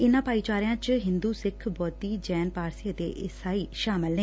ਇਨੂਾ ਭਾਈਚਾਰਿਆਂ ਚ ਹਿੰਦੂ ਸਿੱਖ ਬੋਧੀ ਜੈਨ ਪਾਰਸੀ ਅਤੇ ਈਸਾਈ ਸ਼ਾਮਲ ਨੇ